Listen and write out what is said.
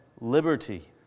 liberty